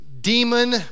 demon